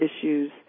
issues